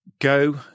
go